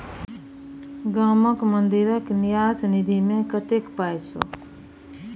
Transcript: गामक मंदिरक न्यास निधिमे कतेक पाय छौ